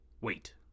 Wait